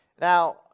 Now